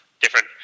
different